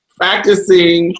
practicing